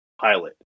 pilot